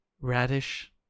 Radish